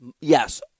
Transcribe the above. yes